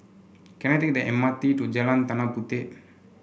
can I take the M R T to Jalan Tanah Puteh